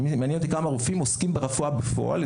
מעניין אותי כמה רופאים עוסקים ברפואה בפועל,